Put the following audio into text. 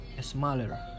Smaller